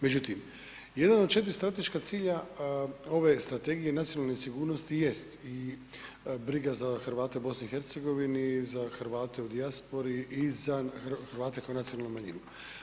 Međutim, jedan od 4 statička cilja ove Strategije nacionalne sigurnosti jest i briga za Hrvate u BiH i za Hrvate u dijaspori za Hrvate kao nacionalnu manjinu.